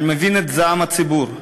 אני מבין את זעם הציבור,